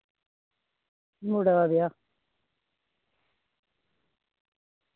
मुड़े दा ब्याह्